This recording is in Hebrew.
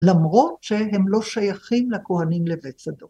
למרות שהם לא שייכים לכהנים לבית שדה.